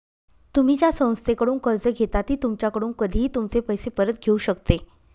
तुम्ही ज्या संस्थेकडून कर्ज घेता ती तुमच्याकडून कधीही तुमचे पैसे परत घेऊ शकते